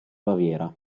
baviera